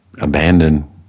abandoned